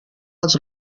als